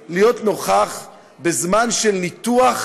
להיות נוכח בזמן של ניתוח